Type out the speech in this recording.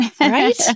right